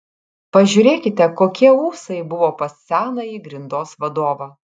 pažiūrėkite kokie ūsai buvo pas senąjį grindos vadovą